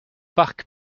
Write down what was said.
parcs